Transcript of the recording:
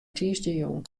tiisdeitejûn